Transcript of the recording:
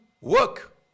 work